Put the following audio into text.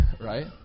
right